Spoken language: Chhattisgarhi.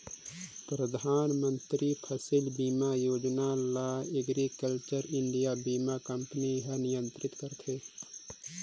परधानमंतरी फसिल बीमा योजना ल एग्रीकल्चर इंडिया बीमा कंपनी हर नियंत्रित करथे